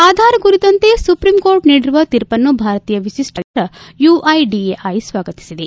ಆಧಾರ್ ಕುರಿತಂತೆ ಸುಪ್ರೀಂಕೋರ್ಟ್ ನೀಡಿರುವ ತೀರ್ಪನ್ನು ಭಾರತೀಯ ವಿಶಿಷ್ಟ ಗುರುತು ಪ್ರಾಧಿಕಾರ ಯುಐಡಿಎಐ ಸ್ವಾಗತಿಸಿದೆ